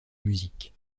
musique